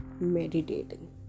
meditating